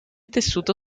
tessuto